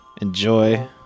enjoy